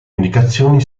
indicazioni